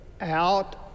out